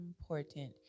important